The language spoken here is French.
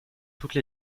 toutes